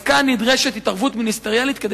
אז כאן נדרשת התערבות מיניסטריאלית כדי